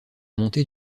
montée